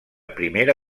primera